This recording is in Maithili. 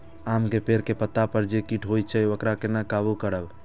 आम के पेड़ के पत्ता पर जे कीट होय छे वकरा केना काबू करबे?